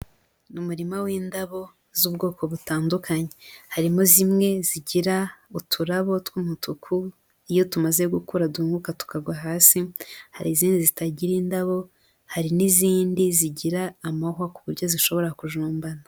Umurima w'indabo z'ubwoko butandukanye, harimo zimwe zigira uturabo tw'umutuku, iyo tumaze gukura duhunguka tukagwa hasi, hari izindi zitagira indabo, hari n'izindi zigira amahwa ku buryo zishobora kujombana.